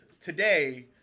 today